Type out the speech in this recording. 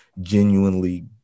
genuinely